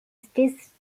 sits